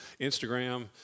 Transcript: instagram